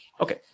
Okay